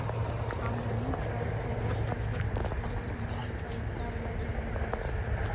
हमहुँ तऽ सेहो प्रतिभूतिय में पइसा लगएले हती